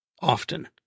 Often